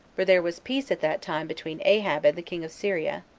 for there was peace at that time between ahab and the king of syria,